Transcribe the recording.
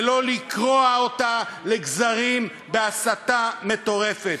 ולא לקרוע אותה לגזרים בהסתה מטורפת.